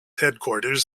headquarters